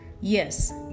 Yes